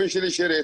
הבן שלי שירת,